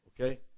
Okay